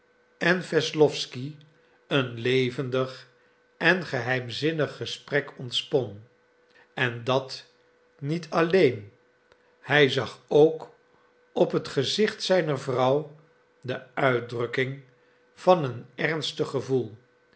en wesslowsky een levendig en geheimzinnig gesprek ontspon en dat niet alleen hij zag ook op het gezicht zijner vrouw de uitdrukking van een ernstig gevoel